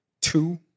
two